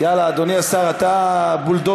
יאללה, אדוני השר, אתה הבולדוזר.